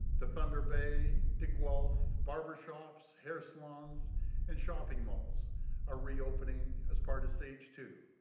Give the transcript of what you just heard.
to thunder bay to guelph, barbershops, hair salons and shopping malls are reopening as part of stage two.